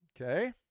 Okay